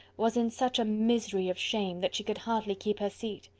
was in such misery of shame, that she could hardly keep her seat.